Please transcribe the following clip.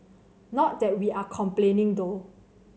not that we are complaining though